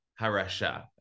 HaRasha